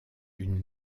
une